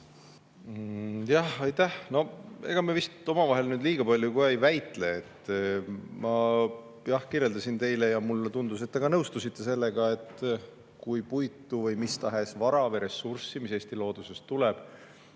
Aitäh! Ega me vist omavahel liiga palju ka ei väitle. Ma kirjeldasin teile ja mulle tundus, et te ka nõustusite sellega, et kui puitu või mis tahes vara või ressurssi, mis Eesti loodusest tuleb,